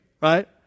right